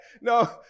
No